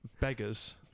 beggars